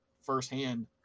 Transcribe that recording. firsthand